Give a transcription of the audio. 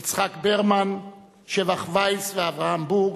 יצחק ברמן, שבח וייס ואברהם בורג,